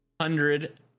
hundred